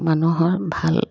মানুহৰ ভাল